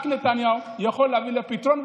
רק נתניהו יכול להביא לפתרון,